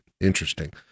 Interesting